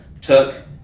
took